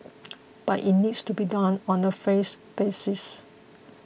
but it needs to be done on the phase basis